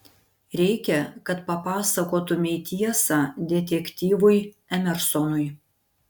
reikia kad papasakotumei tiesą detektyvui emersonui